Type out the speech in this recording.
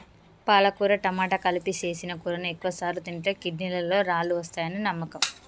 పాలకుర టమాట కలిపి సేసిన కూరని ఎక్కువసార్లు తింటే కిడ్నీలలో రాళ్ళు వస్తాయని నమ్మకం